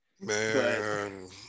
Man